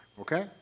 okay